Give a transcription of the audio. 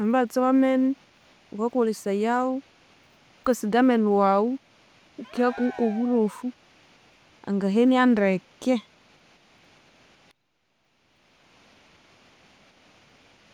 Omubatsi wamenu wukakolesayawu wukasiga amenu wawu wukiha kuwu kwoburofu angahenia ndeke.